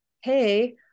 hey